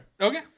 Okay